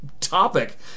topic